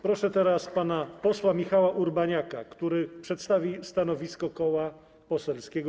Proszę teraz pana posła Michała Urbaniaka, który przedstawi stanowisko Koła Poselskiego